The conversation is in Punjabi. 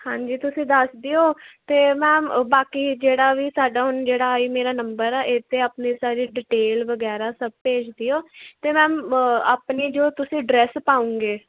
ਹਾਂਜੀ ਤੁਸੀਂ ਦੱਸ ਦਿਓ ਅਤੇ ਮੈਮ ਬਾਕੀ ਜਿਹੜਾ ਵੀ ਸਾਡਾ ਹੁਣ ਜਿਹੜਾ ਮੇਰਾ ਨੰਬਰ ਆ ਇਹਦੇ 'ਤੇ ਆਪਣੇ ਸਾਰੀ ਡਿਟੇਲ ਵਗੈਰਾ ਸਭ ਭੇਜ ਦਿਓ ਅਤੇ ਮੈਮ ਆਪਣੀ ਜੋ ਤੁਸੀਂ ਡਰੈਸ ਪਾਵੋਗੇ